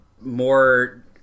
more